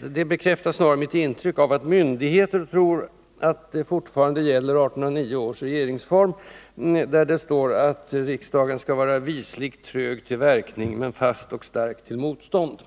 Det bekräftar snarast mitt intryck av att myndigheterna tror att 1809 års regeringsform fortfarande gäller och att det som står om att riksdagen skall vara visligt trög till verkning men fast och stark till motstånd också gäller